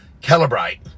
calibrate